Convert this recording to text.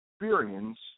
experience